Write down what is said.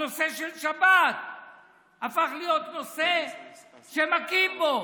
הנושא של שבת הפך להיות נושא שמכים בו.